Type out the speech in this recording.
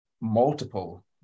multiple